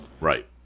Right